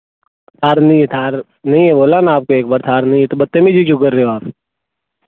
थार नहीं है थार नहीं है बोला ना आपको एक बार थार नहीं है तो बदतमीजी क्यों कर रहे हो आप